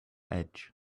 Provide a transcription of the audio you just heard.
edge